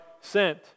sent